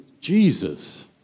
Jesus